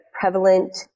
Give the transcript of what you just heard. prevalent